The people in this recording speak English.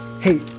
Hey